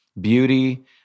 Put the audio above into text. beauty